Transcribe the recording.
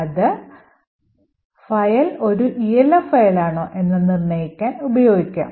അത് ഫയൽ ഒരു ELF ഫയലാണോ എന്ന് നിർണ്ണയിക്കാൻ ഉപയോഗിക്കാം